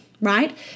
right